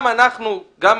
גם אנחנו, גם